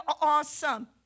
awesome